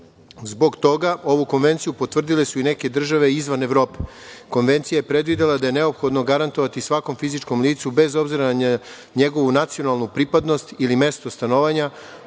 Zbog toga ovu Konvenciju potvrdile su i neke države izvan Evrope. Konvencija je predvidela da je neophodno garantovati svakom fizičkom licu, bez obzira na njegovu nacionalnu pripadnost ili mesto stanovanja,